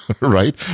right